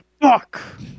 Fuck